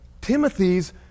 Timothy's